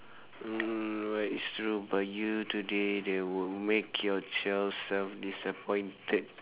mm what is true about you today that would make your child self disappointed